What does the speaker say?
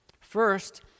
First